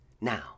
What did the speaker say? Now